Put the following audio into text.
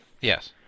Yes